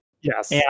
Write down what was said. yes